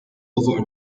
over